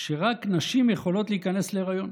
שרק נשים יכולות להיכנס להריון.